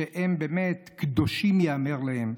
שבאמת קדושים ייאמר עליהם,